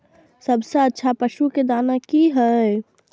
सबसे अच्छा पशु के दाना की हय?